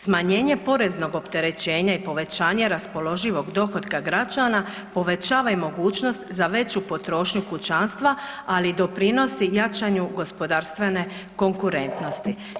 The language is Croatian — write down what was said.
Smanjenje poreznog opterećenja i povećanje raspoloživog dohotka građana povećava i mogućnost za veću potrošnju kućanstva, ali i doprinosi jačanju gospodarstvene konkurentnosti.